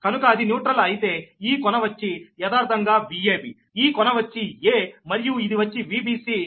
కనుక అది న్యూట్రల్ అయితే ఈ కొన వచ్చి యదార్ధంగా Vab ఈ కొన వచ్చి a మరియు ఇది వచ్చిVbc